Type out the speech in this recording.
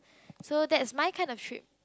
so that's my kind of trip